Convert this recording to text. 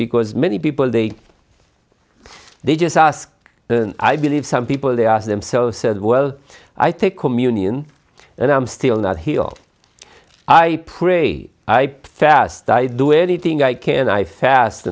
because many people they they just ask i believe some people they ask themselves says well i take communion and i'm still not here i pray i fast i do anything i can i fast